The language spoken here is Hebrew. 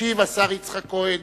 התשס"ט 2009. ישיב השר יצחק כהן.